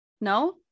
No